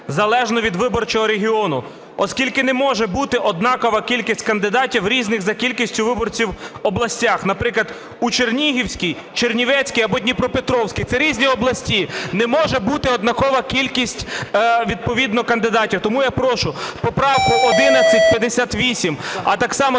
залежно від виборчого регіону, оскільки не може бути однакова кількість кандидатів в різних за кількістю виборців областях, наприклад, у Чернігівській, Чернівецькій або Дніпропетровській. Це різні області, не може бути однакова кількість відповідно кандидатів. Тому я прошу поправку 1158, а так само